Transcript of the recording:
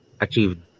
achieved